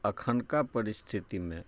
एखनका परिस्थितिमे